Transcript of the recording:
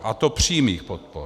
A to přímých podpor.